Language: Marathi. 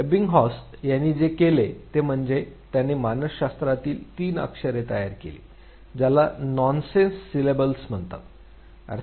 एबिंगाऊस यांनी जे केले ते म्हणजे त्याने मानसशास्त्रातील तीन अक्षरे तयार केली ज्याला नॉनसेन्स सिलेबल्स म्हणतात